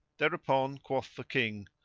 thereupon quoth the king,